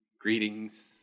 Greetings